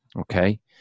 okay